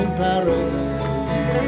paradise